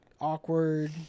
awkward